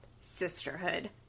sisterhood